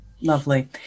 Lovely